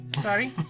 sorry